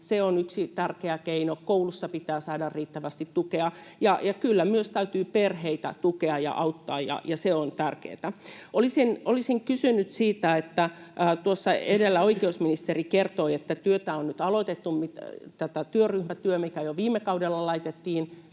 on yksi tärkeä keino. Koulussa pitää saada riittävästi tukea, ja kyllä myös täytyy perheitä tukea ja auttaa. Se on tärkeätä. Olisin kysynyt siitä, että edellä oikeusministeri kertoi, että työtä on nyt aloitettu